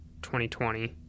2020